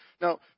Now